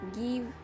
give